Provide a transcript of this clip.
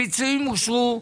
הפיצויים אושרו.